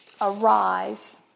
arise